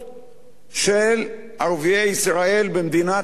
של ערביי ישראל במדינת ישראל,